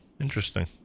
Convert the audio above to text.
interesting